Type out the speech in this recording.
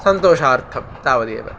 सन्तोषार्थं तावदेव